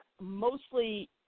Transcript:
mostly